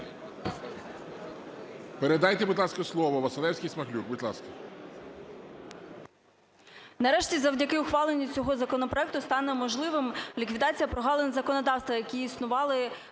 Передайте, будь ласка, слово Василевській-Смаглюк. Будь ласка.